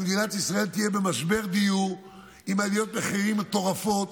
שמדינת ישראל תהיה במשבר דיור עם עליות מחירים מטורפות,